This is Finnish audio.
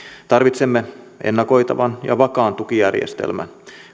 tarvitsemme ennakoitavan ja vakaan tukijärjestelmän